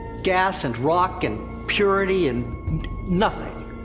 gas, and rock, and purity, and nothing.